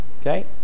Okay